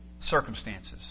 circumstances